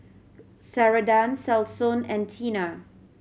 Ceradan Selsun and Tena